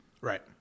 Right